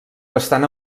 estan